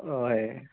হয়